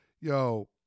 Yo